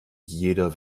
jeder